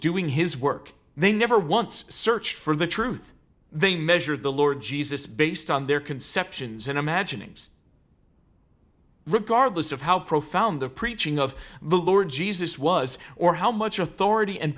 doing his work they never once search for the truth they measure the lord jesus based on their conceptions and imaginings regardless of how profound the preaching of the lord jesus was or how much authority and